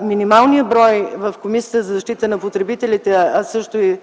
минималният брой в Комисията за защита на потребителите, а също и